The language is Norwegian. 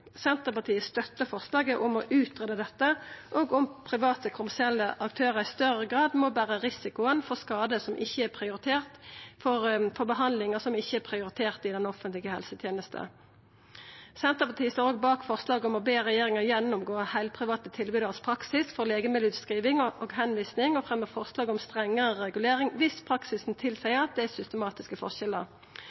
Senterpartiet støttar forslaget om å greia ut dette, og om private kommersielle aktørar i større grad må bera risikoen for behandlingar som ikkje er prioriterte i den offentlege helsetenesta. Senterpartiet står òg bak forslaget om å be regjeringa gjennomgå heilprivate tilbydarars praksis for legemiddelutskriving og tilvising, og fremjar forslag om strengare regulering viss praksisen tilseier at det er systematiske forskjellar.